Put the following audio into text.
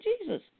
Jesus